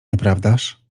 nieprawdaż